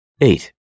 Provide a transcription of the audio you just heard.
Eight